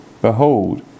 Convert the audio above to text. Behold